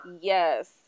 Yes